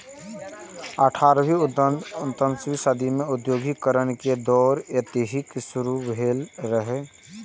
अठारहवीं उन्नसवीं सदी मे औद्योगिकीकरण के दौर एतहि सं शुरू भेल रहै